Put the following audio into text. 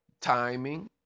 Timing